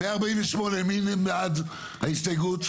148, מי בעד ההסתייגות?